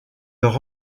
leur